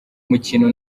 mukino